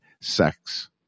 sex